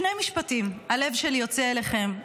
שני משפטים: הלב שלי יוצא אליכם,